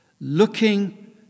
looking